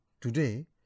Today